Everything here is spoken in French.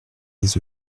les